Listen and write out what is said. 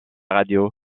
radio